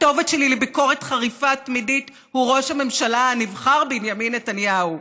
הכתובת שלי לביקורת חריפה תמידית היא ראש הממשלה הנבחר בנימין נתניהו,